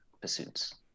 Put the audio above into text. pursuits